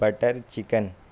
butter chicken